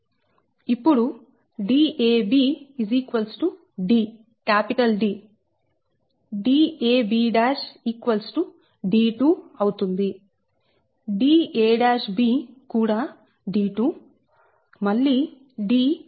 ఇప్పుడు dab D dab d2 అవుతుంది dab కూడా d2 మళ్లీ dab D